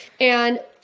And-